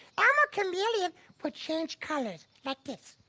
um ah chameleon will change colors like this.